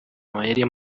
amayeri